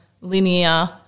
linear